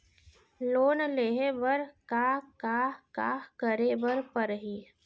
Loan लेहे बर का का का करे बर परहि?